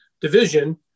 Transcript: division